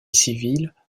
civile